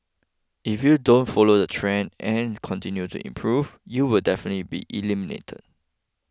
if you don't follow the trends and continue to improve you'll definitely be eliminated